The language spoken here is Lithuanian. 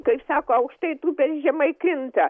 kaip sako aukštai tūpęs žemai kinta